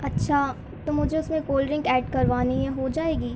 اچّھا تو مجھے اس میں کولڈ ڈرنگ ایڈ کروانی ہے ہو جائے گی